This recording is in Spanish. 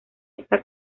esta